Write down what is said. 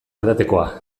edatekoa